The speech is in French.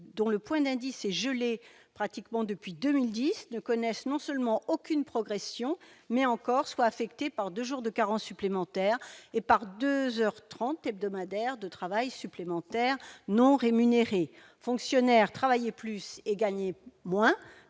dont le point d'indice et je l'ai pratiquement depuis 2010 ne connaissent non seulement aucune progression mais encore soit affectée par 2 jours de carence supplémentaire et par 2 heures 30 hebdomadaire de travail supplémentaires non rémunérées fonctionnaires travailler plus et gagner moins,